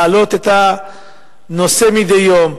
להעלות את הנושא מדי יום,